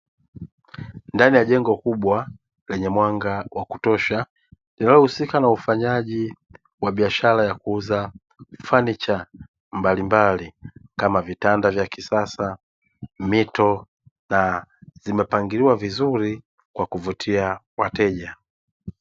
Ndani ya jengo kubwa lenye mwanga wa kutosha linahusika na ufanyaji wa biashara ya kuuza fanicha mbalimbali, kama vitanda vya kisasa, mito, na zimepangiliwa vizuri kwa kuvutia wateja.